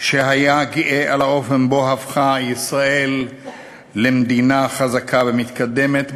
שהיה גאה על האופן שבו הפכה ישראל למדינה חזקה ומתקדמת,